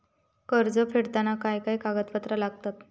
कर्ज फेडताना काय काय कागदपत्रा लागतात?